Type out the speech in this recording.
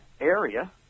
area